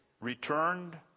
returned